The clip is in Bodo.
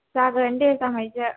जागोन दे जामायजो